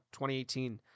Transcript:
2018